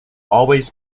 always